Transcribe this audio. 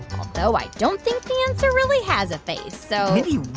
although i don't think the answer really has a face, so mindy,